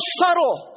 subtle